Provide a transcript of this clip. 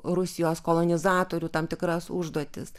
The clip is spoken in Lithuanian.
rusijos kolonizatorių tam tikras užduotis